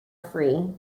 free